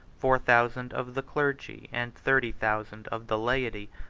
four thousand of the clergy, and thirty thousand of the laity,